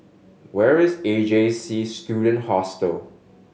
where is A J C Student Hostel